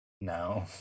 No